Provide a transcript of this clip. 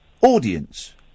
audience